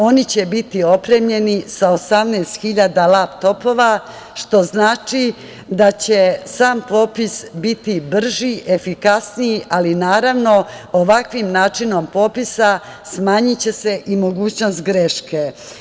Oni će biti opremljeni sa 18.000 laptopova, što znači da će sam popis biti brži, efikasniji, ali naravno ovakvim načinom popisa smanjiće se i mogućnost greške.